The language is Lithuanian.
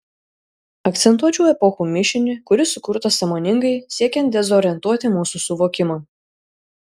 akcentuočiau epochų mišinį kuris sukurtas sąmoningai siekiant dezorientuoti mūsų suvokimą